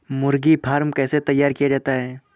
मुर्गी फार्म कैसे तैयार किया जाता है?